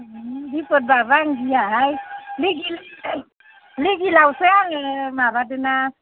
बिफदबाबो आं गियाहाय लिगे लिगेलावसो आङो माबादोंना